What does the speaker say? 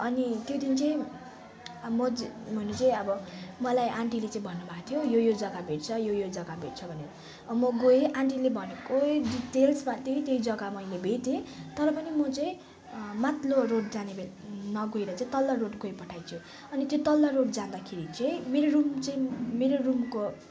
अनि त्यो दिन चाहिँ मलाई आन्टीले चाहिँ भन्नुभएको थियो यो यो जग्गा भेट्छ यो यो जग्गा भेट्छ भनेर म गएँ आन्टीले भनेकै डिटेल्समा त्यही त्यही जग्गा मैले भेटेँ तर पनि म चाहिँ माथिल्लो रोड जाने नगएर चाहिँ तल्लो रोड गइपठाएछु अनि त्यो तल्लो रोड जाँदाखेरि चाहिँ मेरो रुम चाहिँ मेरो रुमको